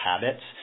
habits